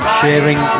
sharing